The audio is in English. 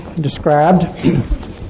described